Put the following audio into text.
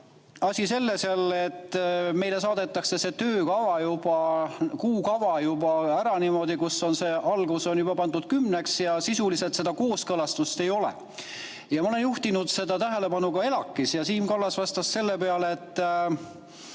Asi selles jälle, et meile saadetakse see töökava, kuukava juba ära niimoodi, kus on see algus juba pandud kella 10-ks ja sisuliselt seda kooskõlastust ei ole. Ma olen juhtinud sellele tähelepanu ka ELAK-is. Siim Kallas vastas selle peale, et